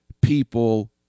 people